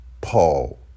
Paul